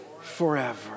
forever